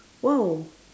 !wow!